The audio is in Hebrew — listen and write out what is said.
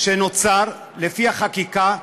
שנוצר לפי החקיקה,